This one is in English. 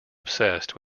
obsessed